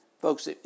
folks